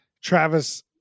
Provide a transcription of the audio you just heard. Travis